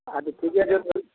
आ तऽ ठीके छै तब